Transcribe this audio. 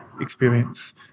experience